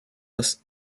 los